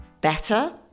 better